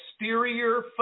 exterior